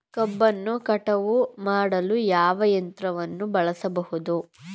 ಕಬ್ಬನ್ನು ಕಟಾವು ಮಾಡಲು ಯಾವ ಯಂತ್ರವನ್ನು ಬಳಸಬಹುದು?